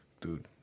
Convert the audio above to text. dude